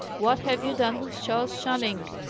what have you done with charles channing?